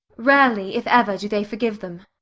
rarely if ever do they forgive them.